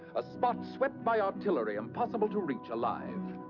a spot swept by artillery, impossible to reach alive.